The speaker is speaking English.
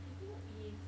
I think it's